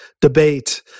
debate